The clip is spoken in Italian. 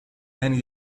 beni